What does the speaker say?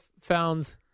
found